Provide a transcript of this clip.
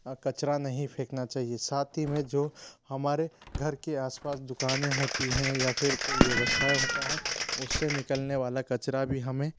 कचड़ा नहीं फेकना चाहिए साथ ही में जो हमारे घर के आसपास दुकानें होती है या फिर कोई व्यवसाय होता है उससे निकलने वाला कचड़ा भी हमें